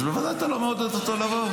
אז בוודאי אתה לא מעודד אותו לבוא.